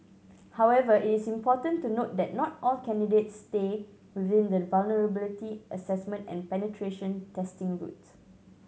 however it is important to note that not all candidates stay within the vulnerability assessment and penetration testing route